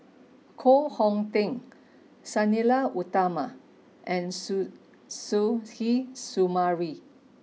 Koh Hong Teng Sang Nila Utama and Suzairhe Sumari